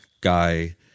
guy